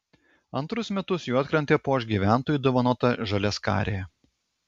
antrus metus juodkrantę puoš gyventojų dovanota žaliaskarė